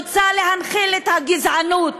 רוצה להנחיל את הגזענות,